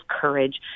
courage